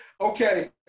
Okay